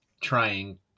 trying